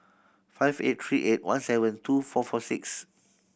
five eight three eight one seven two four four six